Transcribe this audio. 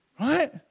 Right